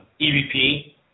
EVP